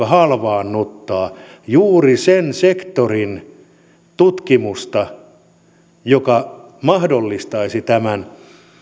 halvaannuttaa juuri sen sektorin tutkimusta joka mahdollistaisi tämän